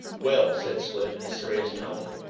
well, said slim in a serious tone,